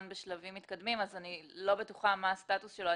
בשלבים מתקדמים ואני לא בטוחה מה הסטטוס שלו.